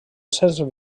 éssers